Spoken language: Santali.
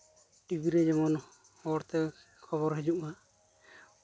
ᱴᱤᱵᱷᱤ ᱨᱮ ᱡᱮᱢᱚᱱ ᱦᱚᱲᱛᱮ ᱠᱷᱚᱵᱚᱨ ᱦᱤᱡᱩᱜ ᱢᱟ